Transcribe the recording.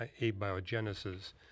abiogenesis